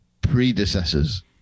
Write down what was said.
predecessors